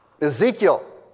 Ezekiel